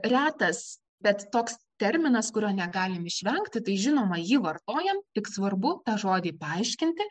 retas bet toks terminas kurio negalim išvengti tai žinoma jį vartojam tik svarbu tą žodį paaiškinti